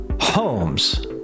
homes